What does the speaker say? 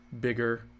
bigger